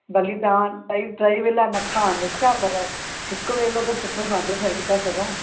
भली तव्हां टई वेला न खाओ अनुष्का पर पर हिकु वेलो त सुठो खाधो खाई था सघूं